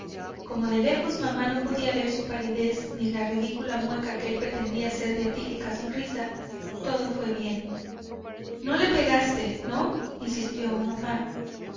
como de lejos mamá no podía ver su palidez ni la ridícula mueca que él pretendía ser beatífica sonrisa todo fué bien no le pegaste no insistió aún mamá